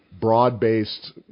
broad-based